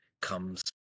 comes